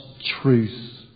truth